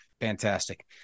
Fantastic